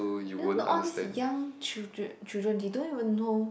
isn't all these young childr~ children they don't even know